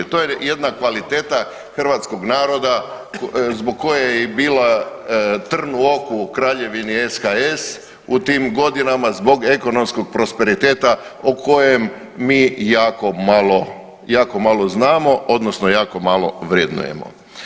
To je jedna kvaliteta hrvatskog naroda zbog koje je i bila trn u oku Kraljevini SHS u tim godinama zbog ekonomskog prosperiteta o kojem mi jako malo znamo, odnosno jako malo vrednujemo.